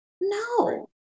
No